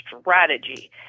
strategy